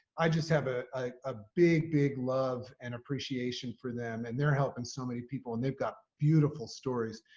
i just have a ah big, big love and appreciation for them. and they're helping so many people and they've got beautiful stories.